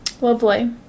Lovely